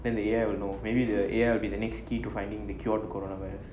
then the A_I will know maybe the A_I will be the next key to finding the cure the corona virus